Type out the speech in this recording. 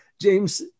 James